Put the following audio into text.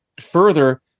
further